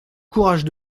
courage